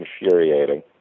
infuriating